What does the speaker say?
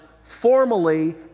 formally